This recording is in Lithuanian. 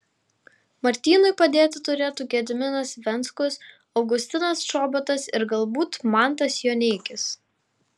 martynui padėti turėtų gediminas venckus augustinas čobotas ir galbūt mantas joneikis